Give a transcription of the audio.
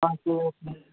हजुर हजुर